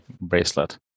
bracelet